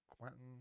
Quentin